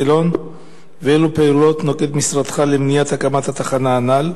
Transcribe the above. ואילו פעולות נוקט משרדך למניעת הקמת התחנה הנ"ל?